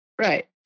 Right